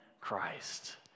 Christ